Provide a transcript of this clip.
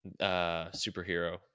superhero